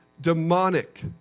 demonic